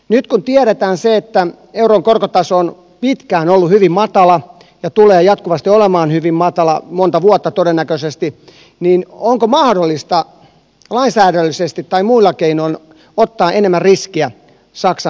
nyt kun tiedetään se että euron korkotaso on pitkään ollut hyvin matala ja tulee jatkuvasti olemaan hyvin matala monta vuotta todennäköisesti niin onko mahdollista lainsäädännöllisesti tai muilla keinoin ottaa enemmän riskiä saksan tapaan